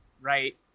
right